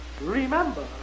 remember